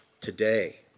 today